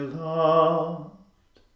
loved